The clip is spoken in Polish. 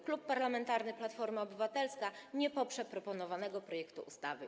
Klub Parlamentarny Platforma Obywatelska nie poprze proponowanego projektu ustawy.